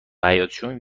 حیاطشون